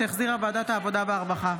שהחזירה ועדת העבודה והרווחה.